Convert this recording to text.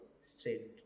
straight